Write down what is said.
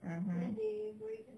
(uh huh)